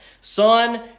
Son